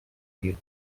mil